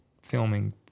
filming